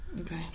Okay